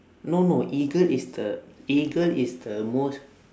no no eagle is the eagle is the most